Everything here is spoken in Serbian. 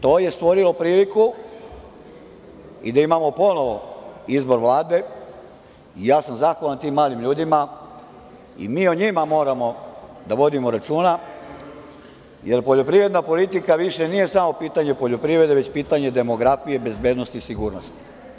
To je stvorilo priliku i da ponovo imamo izbor Vlade i ja sam zahvalan tim mladim ljudima i mi o njima moramo da vodimo računa, jer poljoprivredna politika nije više samo pitanje poljoprivrede, već pitanje demografije, pitanje bezbednosti, sigurnosti.